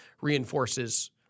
reinforces